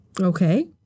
Okay